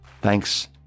Thanks